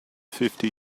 fifty